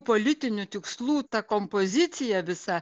politinių tikslų ta kompozicija visa